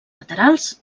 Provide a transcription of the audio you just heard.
laterals